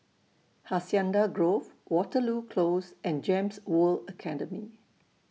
Hacienda Grove Waterloo Close and Gems World Academy